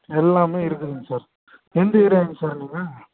எல்லாமே இருக்குதுங்க சார் எந்த ஏரியாங்க சார் நீங்கள்